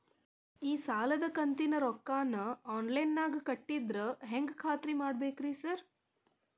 ಈ ಸಾಲದ ಕಂತಿನ ರೊಕ್ಕನಾ ಆನ್ಲೈನ್ ನಾಗ ಕಟ್ಟಿದ್ರ ಹೆಂಗ್ ಖಾತ್ರಿ ಮಾಡ್ಬೇಕ್ರಿ ಸಾರ್?